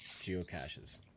geocaches